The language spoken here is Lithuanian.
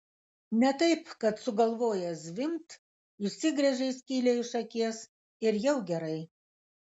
ne taip kad susigalvojęs zvimbt išsigręžei skylę iš akies ir jau gerai